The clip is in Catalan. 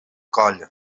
coll